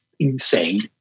Insane